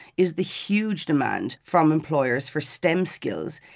is the huge demand from employers for stem skills,